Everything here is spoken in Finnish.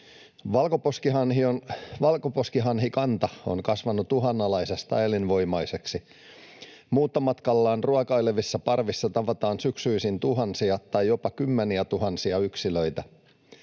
Valkoposkihanhikanta on kasvanut uhanalaisesta elinvoimaiseksi. Muuttomatkallaan ruokailevissa parvissa tavataan syksyisin tuhansia tai jopa kymmeniätuhansia yksilöitä.